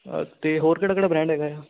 ਅ ਅਤੇ ਹੋਰ ਕਿਹੜਾ ਕਿਹੜਾ ਬਰੈਂਡ ਹੈਗਾ ਆ